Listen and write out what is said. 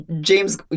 James